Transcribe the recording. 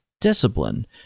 discipline